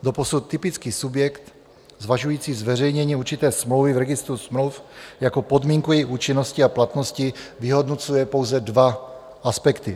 Doposud typický subjekt zvažující zveřejnění určité smlouvy v registru smluv jako podmínku její účinnosti a platnosti vyhodnocuje pouze dva aspekty.